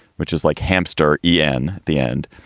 which is like hampster e n the end.